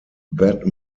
that